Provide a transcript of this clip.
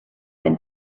been